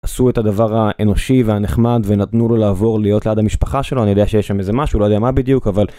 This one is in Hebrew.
עשו את הדבר האנושי והנחמד ונתנו לו לעבור להיות ליד המשפחה שלו, אני יודע שיש שם איזה משהו, לא יודע מה בדיוק אבל...